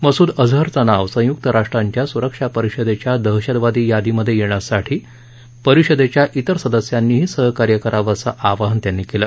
मसूद अजहरचं नाव संयुक्त राष्ट्राच्या सुरक्षा परिषदेच्या दहशतवादी यादीत येण्यासाठी परिषदेच्या इतर सदस्यांनीही सहकार्य करावं असं आवाहन त्यांनी केलं